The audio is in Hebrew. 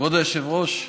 כבוד היושב-ראש,